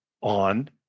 on